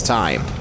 time